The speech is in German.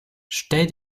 stell